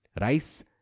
Rice